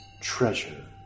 treasure